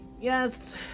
Yes